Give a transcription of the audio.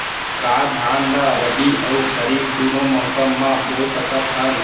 का धान ला रबि अऊ खरीफ दूनो मौसम मा बो सकत हन?